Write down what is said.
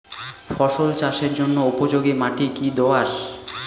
ফসল চাষের জন্য উপযোগি মাটি কী দোআঁশ?